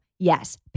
Yes